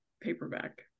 paperback